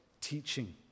teaching